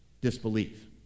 disbelief